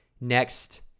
next